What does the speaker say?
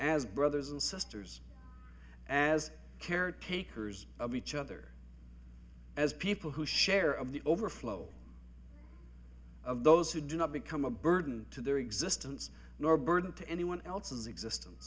as brothers and sisters as caretakers of each other as people who share of the overflow of those who do not become a burden to their existence nor burden to anyone else's existence